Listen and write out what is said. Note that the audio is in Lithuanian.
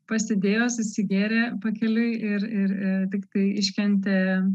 pasidėjo susigėrė pakeliui ir ir tik kai iškentė